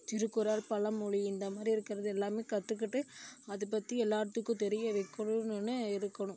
திருக்குறள் பழமொலி இந்தமாதிரி இருக்கிறது எல்லாமே கற்றுக்கிட்டு அது பற்றி எல்லோர்த்துக்கும் தெரிய வைக்கணும்ன்னு இருக்கணும்